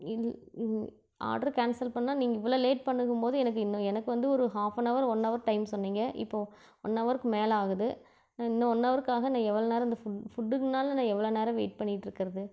இல் ஆட்ரு கேன்சல் பண்ணால் நீங்கள் இவ்வளோ லேட் பண்ணும்போது எனக்கு இன்னும் எனக்கு வந்து ஒரு half an hour one hour time சொன்னீங்க இப்போது ஒன் அவர்க்கு மேலே ஆகுது இன்னும் ஒன் அவருக்காக நான் எவ்வளோ நேரம் இந்த ஃபுட் ஃபுட்டுனால் நான் எவ்வளோ நேரம் வெயிட் பண்ணிகிட்டு இருக்கிறது